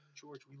George